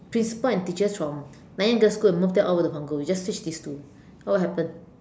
principal and teachers from Nanyang girls' school and move that over to Punggol we just switch these two what will happen